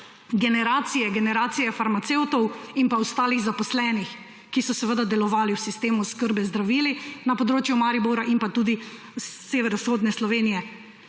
generacije in generacije farmacevtov in drugih zaposlenih, ki so delovali v sistemu oskrbe z zdravili na področju Maribora in tudi severovzhodne Slovenije.